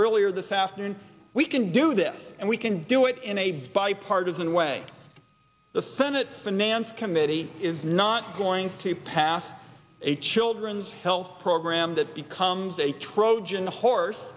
earlier this afternoon we can do this and we can do it in a bipartisan way the senate finance committee is not going to pass a children's health program that becomes a trojan horse